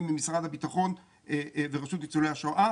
וממשרד הביטחון ורשות ניצולי השואה.